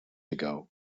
ago